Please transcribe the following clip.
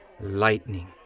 lightning